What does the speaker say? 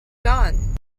gone